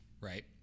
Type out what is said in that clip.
right